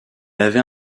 avait